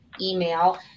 email